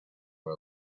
are